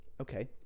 Okay